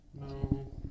No